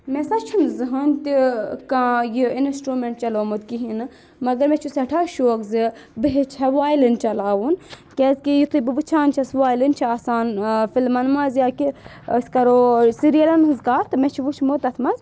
مےٚ سہَ چھُ نہٕ زٕہٕنۍ تہِ کانٛہہ یہِ اِنَسٹروٗمؠنٛٹ چَلومُت کِہیٖنۍ نہٕ مگر مےٚ چھُ سؠٹھاہ شوکھ زِ بہٕ ہیٚچھہہَ وایلَِن چَلاوُن کیٛازِکہِ یُتھُے بہٕ وٕچھان چھَس وایِٮلَن چھِ آسان فِلمَن منٛز یا کہِ أسۍ کَرو سیٖریلَن ہٕنٛز کَتھ تہٕ مےٚ چھِ وٕچھمُت تَتھ منٛز